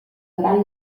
gran